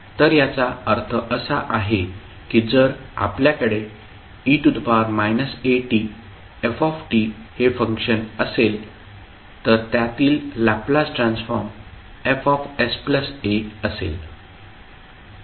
तर याचा अर्थ असा आहे की जर आपल्याकडे e atf हे फंक्शन असेल तर त्यातील लॅपलास ट्रान्सफॉर्म Fsa असेल